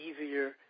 easier